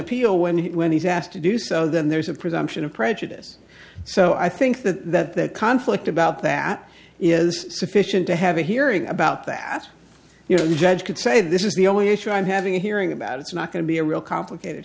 appeal when he when he's asked to do so then there's a presumption of prejudice so i think that conflict about that is sufficient to have a hearing about that you know you judge could say this is the only issue i'm having a hearing about it's not going to be a real complicated